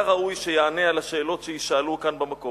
והיה ראוי שהוא יענה על השאלות שיישאלו כאן במקום.